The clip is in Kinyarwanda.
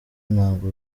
ntabwo